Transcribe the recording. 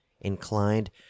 inclined